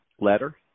letter